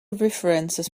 references